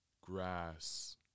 grass